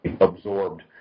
absorbed